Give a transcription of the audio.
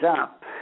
up